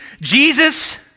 Jesus